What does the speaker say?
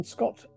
Scott